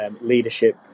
leadership